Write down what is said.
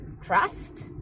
trust